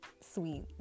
sweet